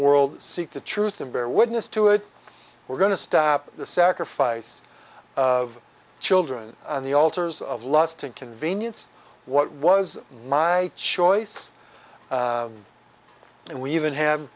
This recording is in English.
world seek the truth and bear witness to it we're going to stop the sacrifice of children the altars of lust and convenience what was my choice and we even have